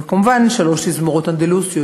וכמובן שלוש תזמורות אנדלוסיות,